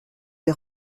des